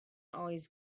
always